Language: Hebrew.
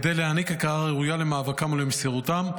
כדי להעניק הכרה ראויה למאבקם ולמסירותם.